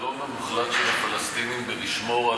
החידלון המוחלט של הפלסטינים בשמירה